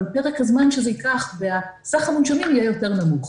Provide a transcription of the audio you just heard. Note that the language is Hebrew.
פרק הזמן שזה ייקח וסך המונשמים יהיה יותר נמוך.